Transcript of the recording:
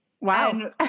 Wow